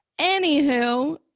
Anywho